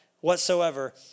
whatsoever